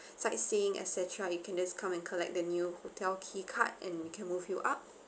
sightseeing et cetera you can just come and collect the new hotel key card and we can move you up